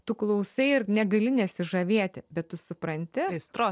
tu klausai ir negali nesižavėti bet tu supranti aistros